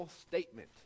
statement